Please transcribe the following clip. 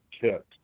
kit